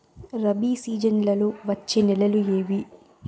రబి సీజన్లలో వచ్చే నెలలు ఏవి?